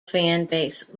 fanbase